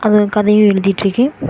அது ஒரு கதையும் எழுதிட்டிருக்கேன்